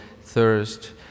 thirst